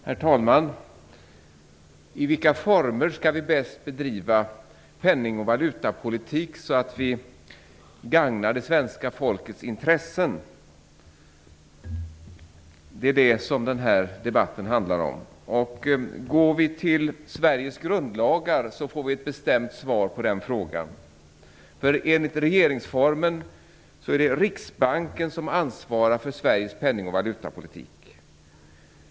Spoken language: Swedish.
Herr talman! I vilka former skall vi bäst bedriva penning och valutapolitik så att vi gagnar det svenska folkets intressen? Det är detta som debatten handlar om. Går vi till Sveriges grundlagar får vi ett bestämt svar på den frågan. Enligt regeringsformen är det Riksbanken som ansvarar för Sveriges penning och valutapolitik.